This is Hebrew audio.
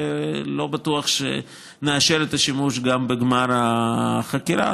ולא בטוח שנאשר את השימוש גם בגמר החקירה.